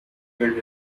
killed